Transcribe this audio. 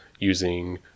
using